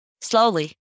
Slowly